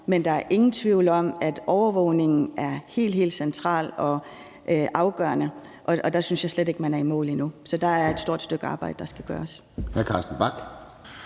men der er ingen tvivl om, at overvågningen er helt, helt central og afgørende. Og der synes jeg slet ikke at man er i mål endnu, så der er et stort stykke arbejde, der skal gøres.